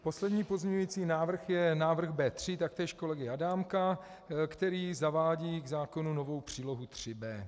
Poslední pozměňující návrh je návrh B3 taktéž kolegy Adámka, který zavádí k zákonu novou přílohu 3b.